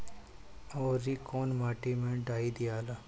औवरी कौन माटी मे डाई दियाला?